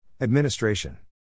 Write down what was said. Administration